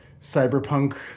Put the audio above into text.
cyberpunk